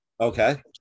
Okay